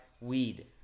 weed